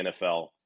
NFL